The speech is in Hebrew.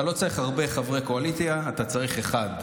אתה לא צריך הרבה חברי קואליציה, אתה צריך אחד.